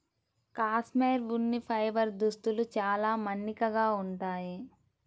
cashmere ఉన్ని fibre దుస్తులు చాలా మన్నికగా ఉంటాయి